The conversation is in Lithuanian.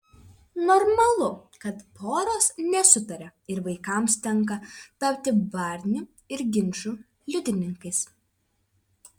normalu kad poros nesutaria ir vaikams tenka tapti barnių ir ginčų liudininkais